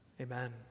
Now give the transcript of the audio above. amen